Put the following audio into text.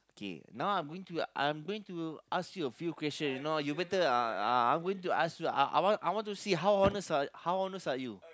okay now I'm going to I'm going to ask you a few question know you better uh uh I'm going to ask you uh I want I want to see how honest are how honest are you